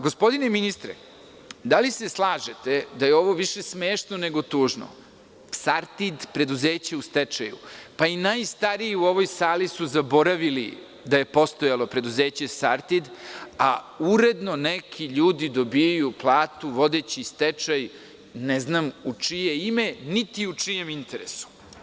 Gospodine ministre, da li se slažete da je ovo više smešno nego tužno - „Sartid“, preduzeće u stečaju, pa i najstariji u ovoj sali su zaboravili da je postojalo preduzeće „Sartid“, a uredno neki ljudi dobijaju platu vodeći stečaj, ne znam u čije ime niti u čijem interesu.